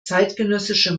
zeitgenössischer